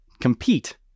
compete